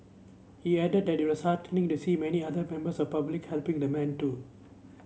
he added that it was heartening to see many other members of public helping the man too